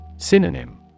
Synonym